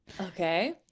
okay